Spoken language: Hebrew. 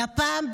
והפעם,